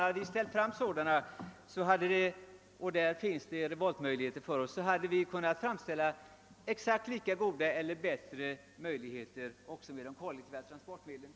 Om vi haft sådana alternativ att erbjuda — och härvidlag finns det verkligen »revoltmöjligheter« — hade vi kunnat nå goda och helt överlägsna resultat genom de kollektiva transportmedlen. Det är på detta område den framtida revolutionen återfinnes!